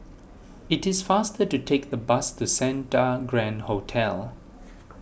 it is faster to take the bus to Santa Grand Hotel